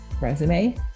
resume